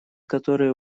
которые